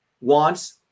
wants